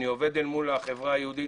אני עובד אל מול החברה היהודית